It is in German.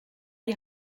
die